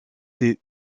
des